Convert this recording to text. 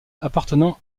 appartenant